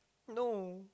no